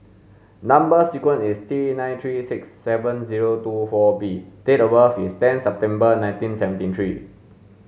number sequence is T nine three six seven zero two four B date of birth is ten September nineteen seventy three